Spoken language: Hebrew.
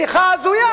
שיחה הזויה.